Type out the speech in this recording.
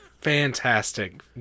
Fantastic